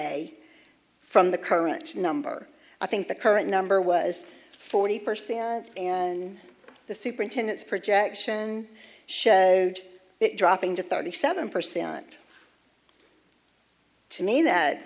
a from the current number i think the current number was forty percent and the superintendent's projection showed it dropping to thirty seven percent to me that